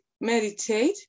meditate